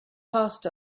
passed